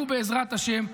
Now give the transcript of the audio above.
ובעזרת השם,